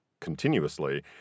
continuously